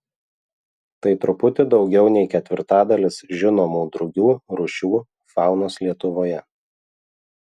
tai truputį daugiau nei ketvirtadalis žinomų drugių rūšių faunos lietuvoje